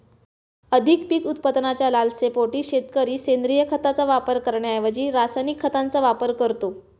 अधिक पीक उत्पादनाच्या लालसेपोटी शेतकरी सेंद्रिय खताचा वापर करण्याऐवजी रासायनिक खतांचा वापर करतो